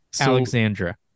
Alexandra